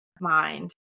mind